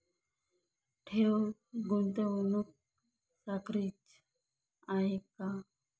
ठेव, गुंतवणूक सारखीच आहे का?